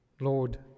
Lord